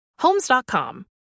Homes.com